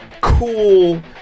cool